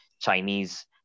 Chinese